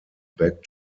back